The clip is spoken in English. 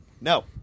No